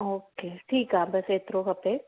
ओ के ठीकु आहे बसि हेतिरो खपे